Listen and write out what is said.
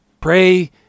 pray